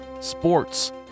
sports